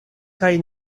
kaj